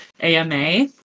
ama